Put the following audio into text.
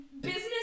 business